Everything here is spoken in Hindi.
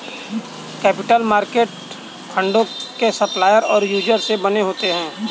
कैपिटल मार्केट फंडों के सप्लायर और यूजर से बने होते हैं